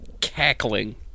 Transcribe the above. cackling